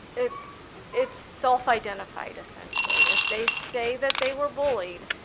it's it's self-identified essentially. if they say that they were bullied,